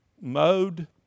mode